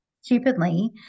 stupidly